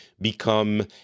become